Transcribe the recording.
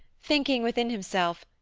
thinking within himself,